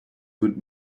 put